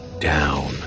Down